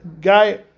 guy